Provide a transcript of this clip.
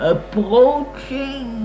Approaching